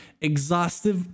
exhaustive